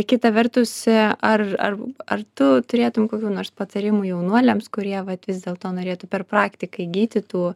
kita vertus ar ar ar tu turėtum kokių nors patarimų jaunuoliams kurie vat vis dėlto norėtų per praktiką įgyti tų